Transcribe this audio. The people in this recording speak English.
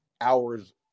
hours